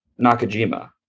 Nakajima